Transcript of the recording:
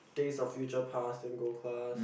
Days-of-Future-Past in gold class